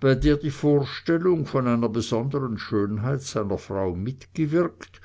bei der die vorstellung von einer besondren schönheit seiner frau mitgewirkt